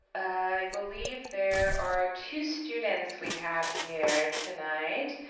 i believe there are two students we have here tonight.